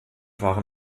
waren